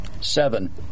Seven